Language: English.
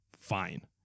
fine